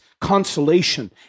consolation